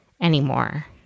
anymore